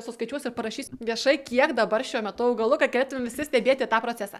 suskaičiuosiu ir parašysiu viešai kiek dabar šiuo metu augalų kad galėtumėm visi stebėti tą procesą